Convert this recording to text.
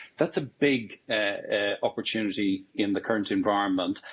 that's a big opportunity in the current environment.